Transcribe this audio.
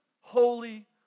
holy